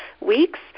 weeks